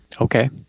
Okay